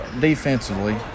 Defensively